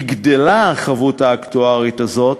החבות האקטוארית הזאת